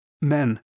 Men